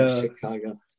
Chicago